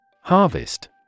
Harvest